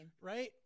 right